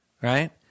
right